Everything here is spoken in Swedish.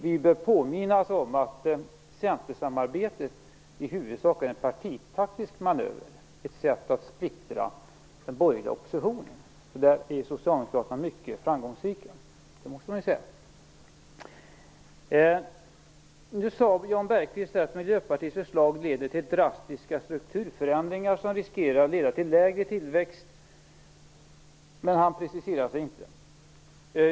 Vi bör påminnas om att samarbetet med Centern i huvudsak är en partitaktisk manöver och ett sätt att splittra den borgerliga oppositionen. På det området är Socialdemokraterna mycket framgångsrika, det måste man säga. Jan Bergqvist sade att Miljöpartiets förslag leder till drastiska strukturförändringar som riskerar att leda till lägre tillväxt. Men han preciserar sig inte.